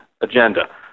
agenda